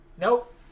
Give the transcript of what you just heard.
Nope